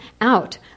out